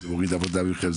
זה מוריד עבודה מכם,